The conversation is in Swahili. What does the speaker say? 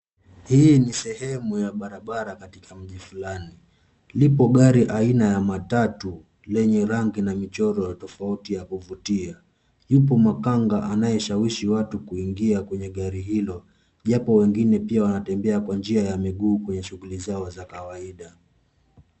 Hii ni sehemu ya barabara katika mji fulani. Lipo gari aina ya matatu lenye rangi na michoro tofauti ya kuvutia. Yupo makanga anayeshawishi watu kuingia kwenye gari hilo japo wengine pia wanatembea kwa njia ya miguu kwenye shughuli zao za kawaida.